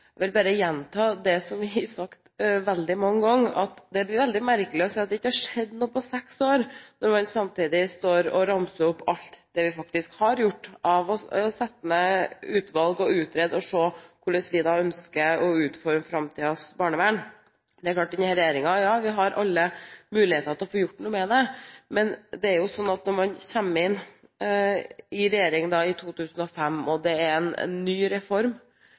vil bare gjenta det som er sagt veldig mange ganger. Det er veldig merkelig å si at det ikke har skjedd noe på seks år, når man samtidig står og ramser opp alt det vi faktisk har gjort – ved å sette ned utvalg, utrede og se hvordan vi ønsker å utforme framtidens barnevern. Det er klart at denne regjeringen har alle muligheter til å få gjort noe, men da vi kom i regjering i 2005, var det en ny reform